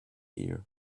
ear